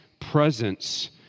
presence